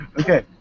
Okay